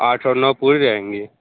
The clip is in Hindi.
आठ और नौ पूरी रहेंगी